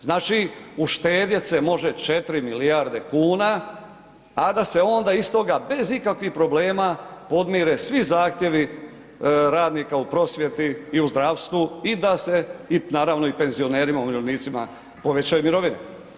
Znači uštedjet se može 4 milijarde kuna a da se onda iz toga bez ikakvih problema podmire svi zahtjevi radnika u prosvjeti i u zdravstvu i da se i naravno i penzionerima, umirovljenicima, povećaju mirovine.